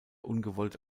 ungewollt